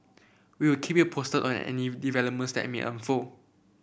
we'll keep you posted on any developments that me unfold